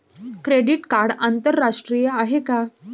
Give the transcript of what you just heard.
Credit card आंतरराष्ट्रीय आहे का?